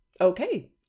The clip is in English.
okay